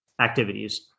activities